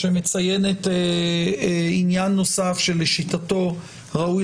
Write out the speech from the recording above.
והיא מציינת עניין נוסף שלשיטתו ראוי